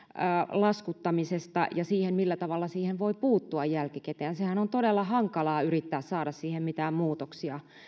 laskuttamisesta ja siitä millä tavalla siihen voi puuttua jälkikäteen sehän on todella hankalaa yrittää saada siihen mitään muutoksia